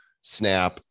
snap